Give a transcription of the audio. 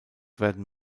werden